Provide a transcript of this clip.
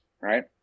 right